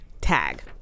tag